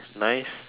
nice